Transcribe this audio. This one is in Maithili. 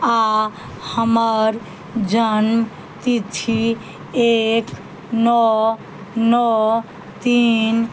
आओर हमर जन्मतिथि एक नओ नओ तीन